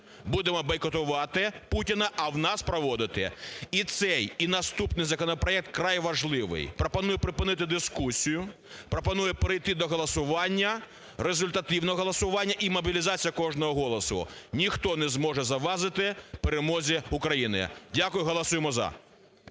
Будемо бойкотувати Путіна, а у нас проводити. І цей, і наступний законопроект вкрай важливі. Пропоную припинити дискусію. Пропоную перейти до голосування, результативного голосування і мобілізація кожного голосу. Ніхто не зможе завадити перемозі України. Дякую. Голосуємо "за".